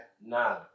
Nah